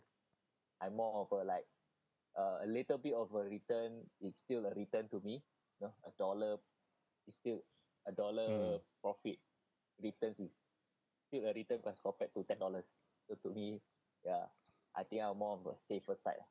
hmm